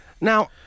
Now